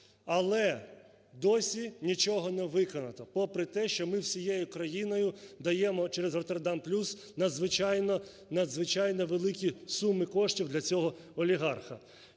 Але досі нічого не виконано, попри те, що ми всією країною через "Роттердам плюс" надзвичайно великі суми коштів для цього олігарха.